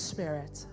Spirit